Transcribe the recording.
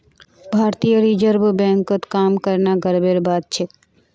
भारतीय रिजर्व बैंकत काम करना गर्वेर बात छेक